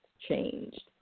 changed